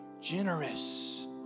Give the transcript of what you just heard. generous